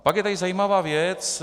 Pak je tady zajímavá věc.